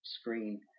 screen